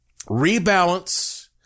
rebalance